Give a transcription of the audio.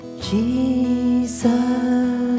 Jesus